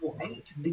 eight